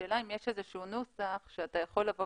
השאלה אם יש איזשהו נוסח שאתה יכול לבוא